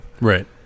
Right